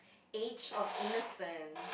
age of innocence